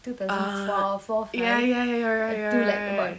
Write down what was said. ah ya ya ya you're right you're right